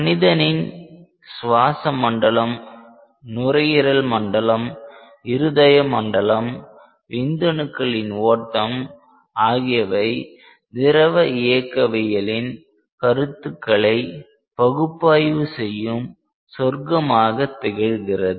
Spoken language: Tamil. மனித உடலின் சுவாச மண்டலம் நுரையீரல் மண்டலம்இருதய மண்டலம் விந்தணுக்களின் ஓட்டம் ஆகியவை திரவ இயக்கவியலின் கருத்துக்களை பகுப்பாய்வு செய்யும் சொர்க்கமாக திகழ்கிறது